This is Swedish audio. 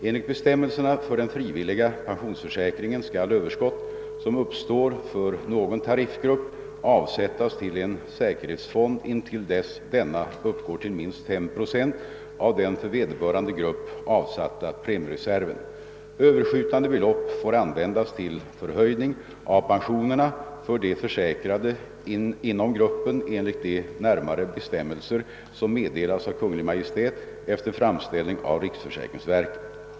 Enligt bestämmelserna för den frivilliga pensionsförsäkringen skall överskott, som uppstår för någon tariffgrupp, avsättas till en säkerhetsfond intill dess denna uppgår till minst 5 procent av den för vederbörande grupp avsatta premiereserven. Överskjutande belopp får användas till förhöjning av pensionerna för de försäkrade inom gruppen enligt de närmare bestämmelser som meddelas av Kungl. Maj:t efter framställning av riksförsäkringsverket.